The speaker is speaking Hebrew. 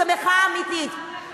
זה מחאה אמיתית.